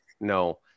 no